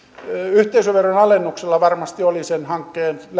yhteisöveron alennuksella varmasti oli sen hankkeen